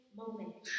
moment